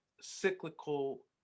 cyclical